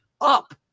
up